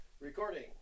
Recording